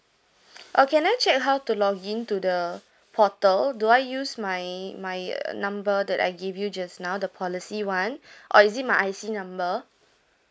or can I check how to login to the portal do I use my my uh number that I give you just now the policy one or is it my I_C number